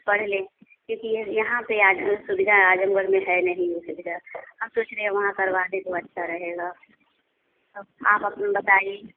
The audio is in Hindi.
पढ़ ले क्योंकि यह यहाँ पर आज सुविधा आज़मगढ़ में है नहीं वह सुविधा हम सोच रहे हैं वहाँ करवा दे तो अच्छा रहेगा आप अपना बताइए